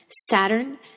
Saturn